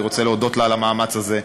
ואני רוצה להודות לה על המאמץ הזה,